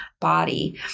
body